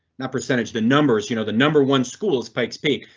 not percentage, the numbers you know the number one school is pikes peak.